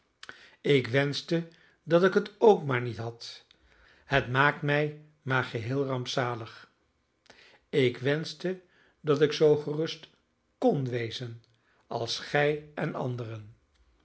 ik wenschte dat ik het ook maar niet had het maakt mij maar geheel rampzalig ik wenschte dat ik zoo gerust kon wezen als gij en anderen